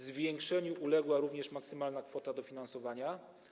Zwiększeniu uległa również maksymalna kwota dofinansowania.